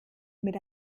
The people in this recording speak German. mit